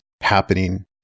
happening